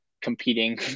competing